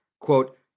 quote